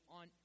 on